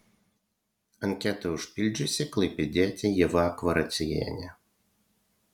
anketą užpildžiusi klaipėdietė ieva kvaraciejienė